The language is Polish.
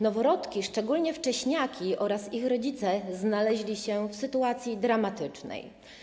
Noworodki, szczególnie wcześniaki, oraz ich rodzice znaleźli się w sytuacji dramatycznej.